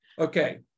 Okay